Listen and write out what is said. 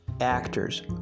actors